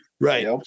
Right